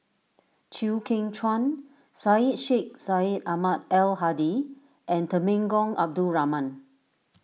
Chew Kheng Chuan Syed Sheikh Syed Ahmad Al Hadi and Temenggong Abdul Rahman